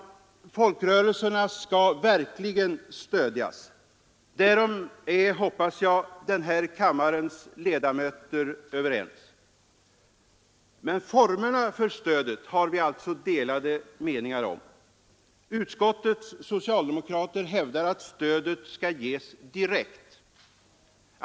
Folkrörelserna skall verkligen stödjas — därom är, hoppas jag, den här kammarens ledamöter överens. Men formerna för stödet har vi alltså delade meningar om. Utskottets socialdemokrater hävdar att stödet skall ges direkt.